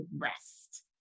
rest